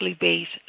based